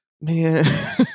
man